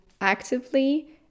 actively